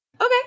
Okay